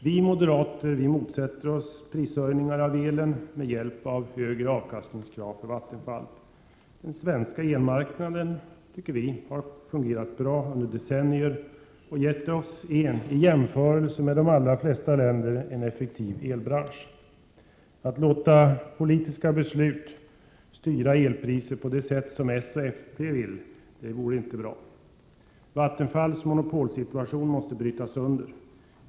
Vi moderater motsätter oss prishöjningar av elen till följd av högre avkastningskrav på Vattenfall. Den svenska elmarknaden har enligt vår uppfattning fungerat bra under decennier och har gett oss en i jämförelse med de allra flesta länder effektiv elbransch. Att låta politiska beslut styra elpriset på det sätt som socialdemokrater och folkpartister vill vore inte bra. Vattenfalls monopol måste brytas sönder.